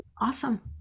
awesome